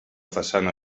façana